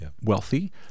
wealthy